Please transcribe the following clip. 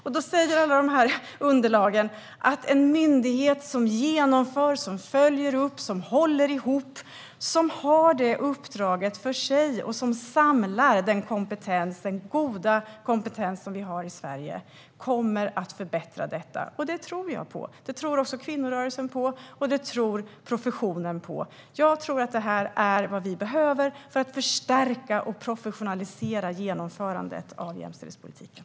I de underlag som vi har sägs det att en myndighet som genomför, som följer upp, som håller ihop, som har det uppdraget för sig och som samlar den goda kompetens som vi har i Sverige kommer att förbättra jämställdhetsarbetet. Det tror jag på, det tror också kvinnorörelsen på och det tror professionen på. Jag tror att det här är vad vi behöver för att förstärka och professionalisera genomförandet av jämställdhetspolitiken.